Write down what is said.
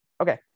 Okay